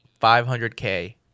500k